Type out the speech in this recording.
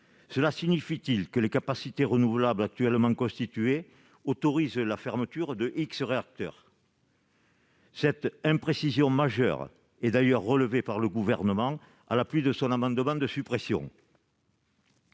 comprendre que les capacités renouvelables actuellement constituées autorisent la fermeture de x réacteurs ? Cette imprécision majeure est d'ailleurs relevée par le Gouvernement dans l'exposé des motifs de son amendement de suppression.